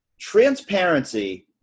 transparency